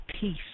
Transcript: peace